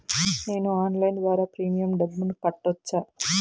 నేను ఆన్లైన్ ద్వారా ప్రీమియం డబ్బును కట్టొచ్చా?